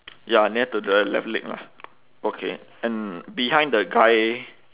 ya near to the left leg lah okay and behind the guy